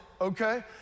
okay